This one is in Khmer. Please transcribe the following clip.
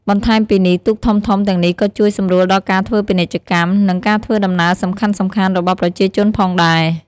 បន្ថែមពីនេះ ទូកធំៗទាំងនេះក៏ជួយសម្រួលដល់ការធ្វើពាណិជ្ជកម្ម និងការធ្វើដំណើរសំខាន់ៗរបស់ប្រជាជនផងដែរ។